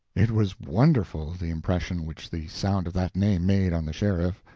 it was wonderful, the impression which the sound of that name made on the sheriff,